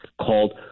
called